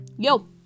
Yo